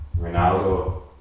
Ronaldo